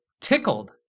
Tickled